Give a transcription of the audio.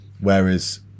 whereas